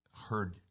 heard